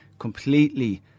completely